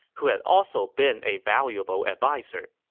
who had also been a valuable adviser.